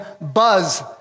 Buzz